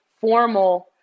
formal